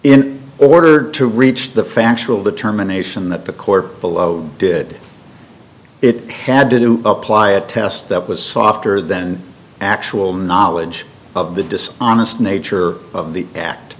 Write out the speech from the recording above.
in order to reach the factual determination that the court below did it had to do apply a test that was softer than actual knowledge of the dishonest nature of the act